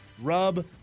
rub